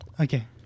Okay